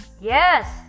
Yes